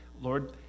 Lord